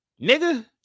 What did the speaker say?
nigga